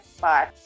bye